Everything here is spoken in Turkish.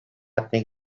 etmek